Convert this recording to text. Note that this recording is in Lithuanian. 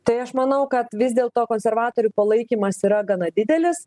tai aš manau kad vis dėl to konservatorių palaikymas yra gana didelis